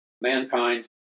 mankind